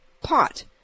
pot